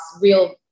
real